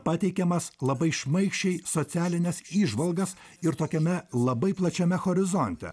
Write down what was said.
pateikiamas labai šmaikščiai socialines įžvalgas ir tokiame labai plačiame horizonte